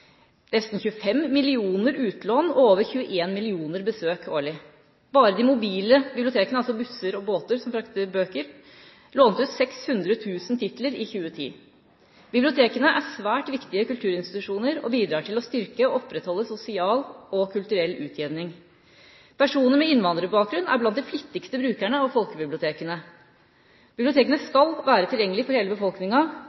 nesten 25 millioner utlån og over 21 millioner besøk årlig. Bare de mobile bibliotekene, altså busser og båter som frakter bøker, lånte ut 600 000 titler i 2010. Bibliotekene er svært viktige kulturinstitusjoner og bidrar til å styrke og opprettholde sosial og kulturell utjevning. Personer med innvandrerbakgrunn er blant de flittigste brukerne av folkebibliotekene. Bibliotekene